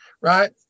right